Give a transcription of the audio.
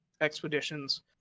expeditions